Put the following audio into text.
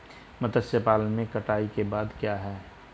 मत्स्य पालन में कटाई के बाद क्या है?